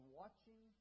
watching